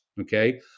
Okay